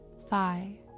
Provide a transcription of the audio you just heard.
thigh